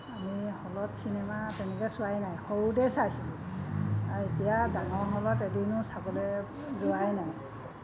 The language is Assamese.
আমি হলত চিনেমা তেনেকৈ চোৱাই নাই সৰুতে চাইছিলোঁ আৰু এতিয়া ডাঙৰ হলত এদিনো চাবলৈ যোৱাই নাই